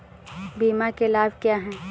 बीमा के लाभ क्या हैं?